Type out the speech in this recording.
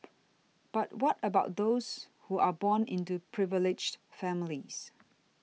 but what about those who are born into privileged families